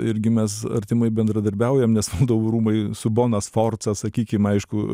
irgi mes artimai bendradarbiaujam nes valdovų rūmai su bona sforza sakykim aišku